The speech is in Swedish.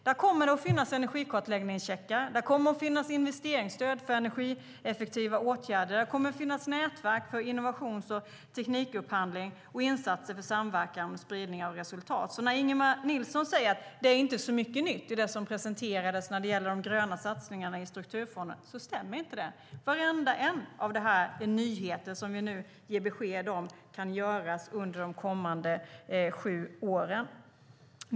Där kommer att finnas energikartläggningscheckar, där kommer att finnas investeringsstöd för energieffektiva åtgärder, där kommer att finnas nätverk för innovations och teknikupphandling samt insatser för samverkan och spridning av resultat. När Ingemar Nilsson säger att det inte är så mycket nytt i det som presenterades vad gäller de gröna satsningarna i strukturfonderna stämmer det inte. Varenda sak där är en nyhet, och nu ger vi besked om att de kan göras under de kommande sju åren.